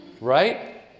Right